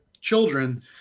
children